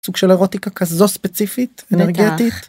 סוג של אירוטיקה כזו ספציפית אנרגתית.